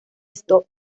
esto